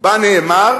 ובה נאמר: